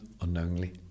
unknowingly